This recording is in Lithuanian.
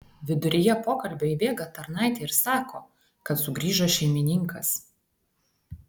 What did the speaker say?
viduryje pokalbio įbėga tarnaitė ir sako kad sugrįžo šeimininkas